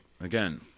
Again